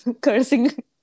Cursing